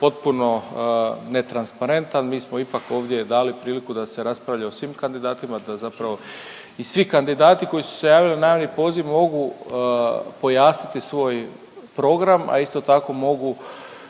potpuno netransparentan. Mi smo ipak ovdje dali priliku da se raspravlja o svim kandidatima, to je zapravo i svi kandidati koji su se javili na javni poziv mogu pojasniti svoj program, a isto tako mogu